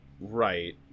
Right